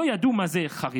לא ידעו מה זה חרדי,